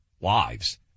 lives